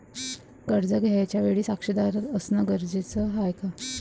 कर्ज घ्यायच्या वेळेले साक्षीदार असनं जरुरीच हाय का?